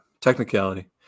technicality